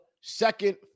second